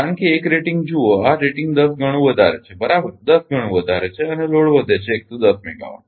કારણ કે એક રેટિંગ જુઓ આ રેટિંગ 10 ગણું વધારે છે બરાબર 10 ગણું વધુ છે અને લોડ વધે છે 110 મેગાવાટ